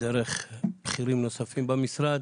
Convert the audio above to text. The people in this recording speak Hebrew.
דרך בכירים נוספים במשרד.